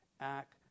Act